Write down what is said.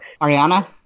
Ariana